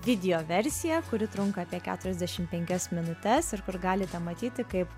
video versiją kuri trunka apie keturiasdešim penkias minutes ir kur galite matyti kaip